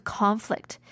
conflict